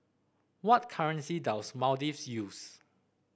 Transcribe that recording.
what currency does Maldives use